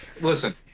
Listen